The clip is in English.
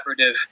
collaborative